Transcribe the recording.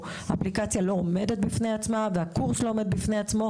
האפליקציה לא עומדת בפני עצמה והקורס לא עומד בפני עצמו,